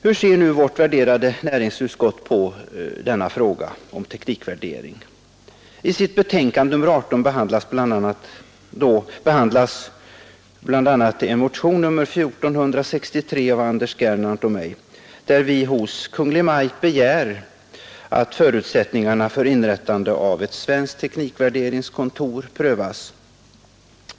Hur ser nu vårt värderade näringsutskott denna fråga.lI utskottets betänkande nr 18 behandlas bl.a. motionen 1463 av herr Gernandt och mig, där vi hos Kungl. Maj:t begär att förutsättningarna för inrättandet av ett svenskt teknikvärderingskontor prövas.